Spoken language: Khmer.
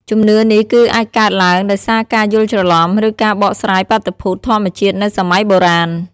ជំនឿនេះគឺអាចកើតឡើងដោយសារការយល់ច្រឡំ ឬការបកស្រាយបាតុភូតធម្មជាតិនៅសម័យបុរាណ ។